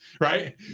right